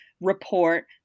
report